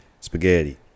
spaghetti